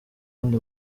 wundi